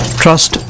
trust